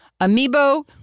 Amiibo